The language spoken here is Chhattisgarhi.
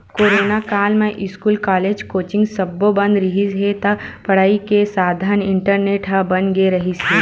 कोरोना काल म इस्कूल, कॉलेज, कोचिंग सब्बो बंद रिहिस हे त पड़ई के साधन इंटरनेट ह बन गे रिहिस हे